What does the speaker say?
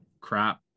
crap